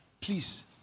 Please